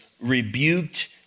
rebuked